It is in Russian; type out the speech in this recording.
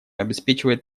обеспечивает